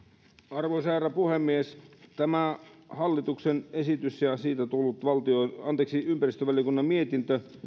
arvoisa herra puhemies tämä hallituksen esitys ja siitä tullut ympäristövaliokunnan mietintö